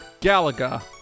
Galaga